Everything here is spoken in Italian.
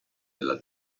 della